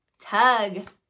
tug